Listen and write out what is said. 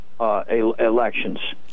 elections